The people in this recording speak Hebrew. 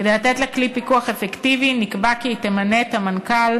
כדי לתת לה כלי פיקוח אפקטיבי נקבע כי היא תמנה את המנכ"ל,